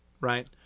right